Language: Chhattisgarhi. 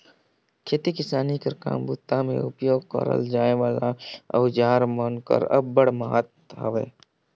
खेती किसानी कर काम बूता मे उपियोग करल जाए वाला अउजार मन कर अब्बड़ महत अहे